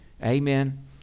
Amen